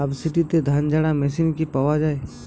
সাবসিডিতে ধানঝাড়া মেশিন কি পাওয়া য়ায়?